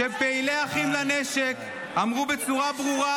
כשפעילי אחים לנשק אמרו בצורה ברורה,